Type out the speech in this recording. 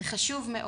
זה חשוב מאוד,